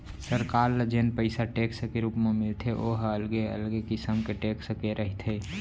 सरकार ल जेन पइसा टेक्स के रुप म मिलथे ओ ह अलगे अलगे किसम के टेक्स के रहिथे